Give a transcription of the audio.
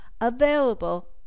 available